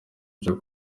vyo